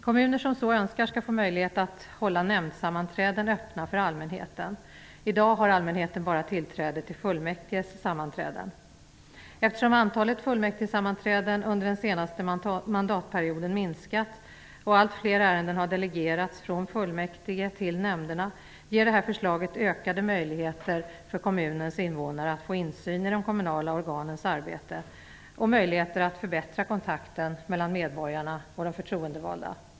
Kommuner som så önskar skall få möjlighet att hålla nämndsammanträden öppna för allmänheten. I dag har allmänheten bara tillträde till fullmäktiges sammanträden. Eftersom antalet fullmäktigesammanträden har minskat under den senaste mandatperioden, allt fler ärenden har delegerats från fullmäktige till nämnderna, ger förslaget ökade möjligheter för kommunens invånare att få insyn i de kommunala organens arbete och möjligheter att förbättra kontakten mellan medborgarna och de förtroendevalda.